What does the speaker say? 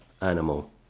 animal